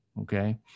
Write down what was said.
okay